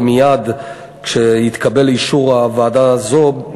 ומייד כשיתקבל אישור הוועדה הזאת,